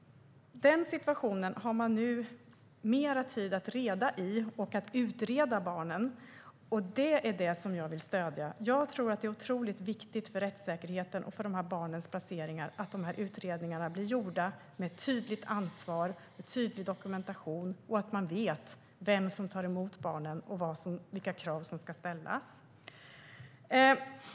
Den situationen har man nu mer tid att reda i, och man har mer tid att utreda barnen. Det är det jag vill stödja. Jag tror att det är otroligt viktigt för rättssäkerheten och för dessa barns placeringar att utredningarna blir gjorda med tydligt ansvar och tydlig dokumentation - och att man vet vem som tar emot barnen och vilka krav som ska ställas.